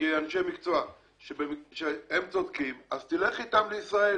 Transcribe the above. כאנשי מקצוע שהם צודקים, אז תלך איתם לישראל